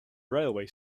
railway